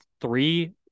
three